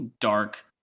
dark